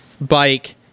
bike